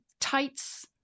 Tights